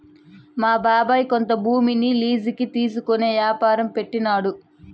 మా బాబాయ్ కొంత భూమిని లీజుకి తీసుకునే యాపారం పెట్టినాడు